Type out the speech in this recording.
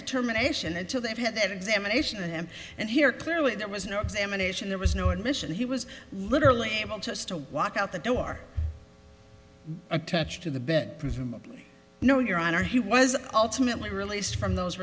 determination until they've had an examination of him and here clearly there was no examination there was no admission he was literally able just to walk out the door attached to the bed presumably knowing your honor he was ultimately released from those